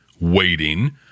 waiting